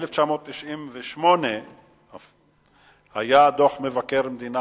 ב-1988 היה דוח חמור של מבקר המדינה,